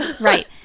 Right